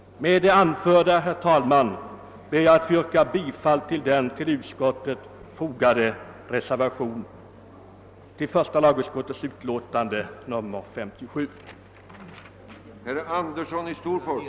Herr talman! Med det anförda ber jag att få yrka bifall till den vid första lagutskottets utlåtande nr 57 fogade reservationen.